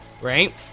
right